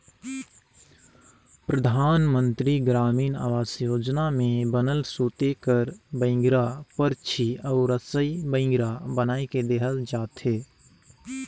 परधानमंतरी गरामीन आवास योजना में बनल सूते कर बइंगरा, परछी अउ रसई बइंगरा बनाए के देहल जाथे